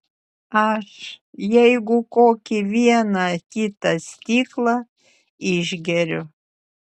aš jeigu kokį vieną kitą stiklą išgeriu